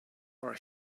are